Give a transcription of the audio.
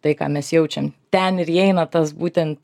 tai ką mes jaučiam ten ir įeina tas būtent